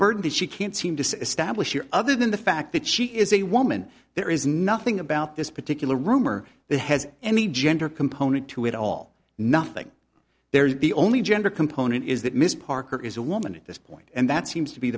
burden that she can't seem to stablish here other than the fact that she is a woman there is nothing about this particular rumor that has any gender component to it all nothing there the only gender component is that miss parker is a woman at this point and that seems to be